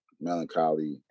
melancholy